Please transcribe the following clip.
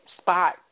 spot